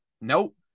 Nope